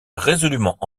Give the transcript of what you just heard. résolument